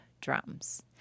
drums